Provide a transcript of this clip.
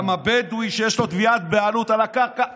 כי בדואי שיש לו תביעת בעלות על הקרקע,